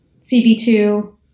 CB2